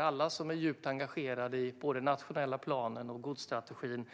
Alla som är djupt engagerade i både den nationella planen och godsstrategin